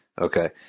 Okay